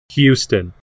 Houston